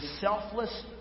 selfless